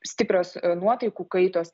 stiprios nuotaikų kaitos